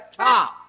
top